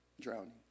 drowning